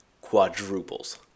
quadruples